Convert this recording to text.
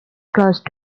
close